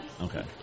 Okay